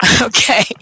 Okay